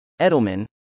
Edelman